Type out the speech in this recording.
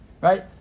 right